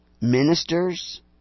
ministers